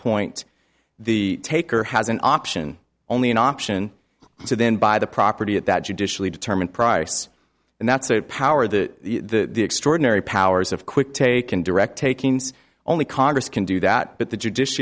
point the taker has an option only an option so then buy the property at that judicially determined price and that's the power the extraordinary powers of quick take and direct akins only congress can do that but the judicia